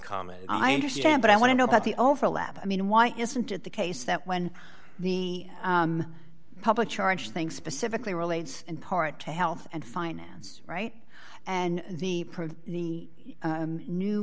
comment i understand but i want to know about the overlap i mean why isn't it the case that when the public charge thing specifically relates in part to health and finance right and the